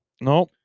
No